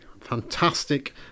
fantastic